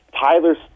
Tyler